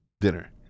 dinner